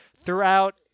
throughout